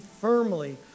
firmly